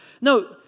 No